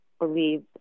believe